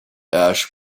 ash